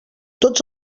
tots